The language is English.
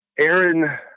Aaron